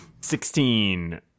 Sixteen